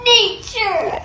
nature